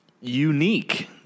unique